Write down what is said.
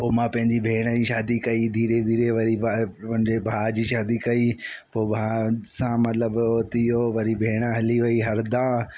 पोइ मां पंहिंजी भेण जी शादी कई धीरे धीरे वरी भाउ हुन भाउ जी शादी कई पो भाउ सां मतिलब हो थी वियो वरी भेण हली वई हरदा